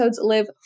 live